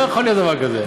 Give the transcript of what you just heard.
לא יכול להיות דבר כזה.